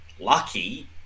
lucky